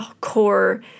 core